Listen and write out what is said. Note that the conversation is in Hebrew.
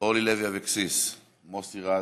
אורלי לוי אבקסיס, מוסי רז,